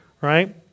Right